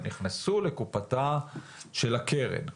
נכנסו לקופתה של הקרן.